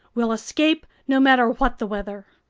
we'll escape, no matter what the weather.